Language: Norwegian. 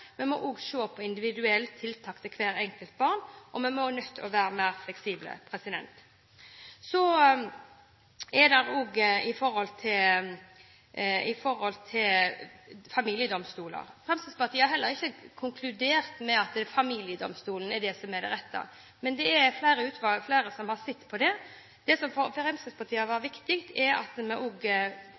Vi må også se på individuelle tiltak til hvert enkelt barn, og vi er nødt til å være mer fleksible. Når det gjelder familiedomstoler, har heller ikke Fremskrittspartiet konkludert med at familiedomstoler er det rette. Det er flere som har sett på det. Det som er viktig for Fremskrittspartiet, er at man får det inn i domstolene, slik at vi